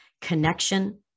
connection